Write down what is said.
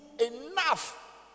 enough